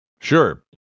Sure